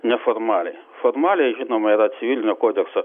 neformaliai formaliai žinoma yra civilinio kodekso